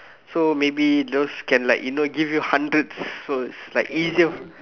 so maybe those can like you know give you hundreds so it's like easier